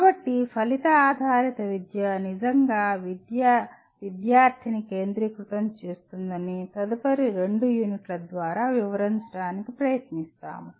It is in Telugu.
కాబట్టి ఫలిత ఆధారిత విద్య నిజంగా విద్య విద్యార్థిని కేంద్రీకృతం చేస్తుందని తదుపరి రెండు యూనిట్ల ద్వారా వివరించడానికి ప్రయత్నిస్తాము